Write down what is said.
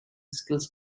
skills